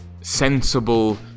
sensible